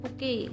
Okay